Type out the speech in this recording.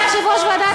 יושב-ראש ועדת הכספים,